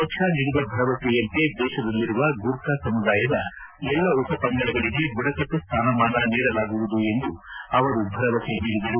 ಪಕ್ಷ ನೀಡಿದ ಭರವಸೆಯಂತೆ ದೇಶದಲ್ಲಿರುವ ಗೂರ್ಖಾ ಸಮುದಾಯದ ಎಲ್ಲ ಉಪಪಂಗಡಗಳಿಗೆ ಬುಡಕಟ್ಲು ಸ್ವಾನಮಾನ ನೀಡಲಾಗುವುದು ಎಂದು ಅವರು ಭರವಸೆ ನೀಡಿದರು